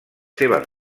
seves